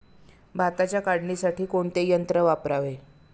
भाताच्या काढणीसाठी कोणते यंत्र वापरावे?